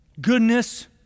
goodness